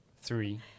three